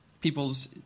people's